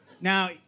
Now